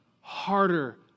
harder